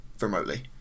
remotely